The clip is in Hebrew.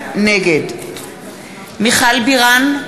נגד מיכל בירן,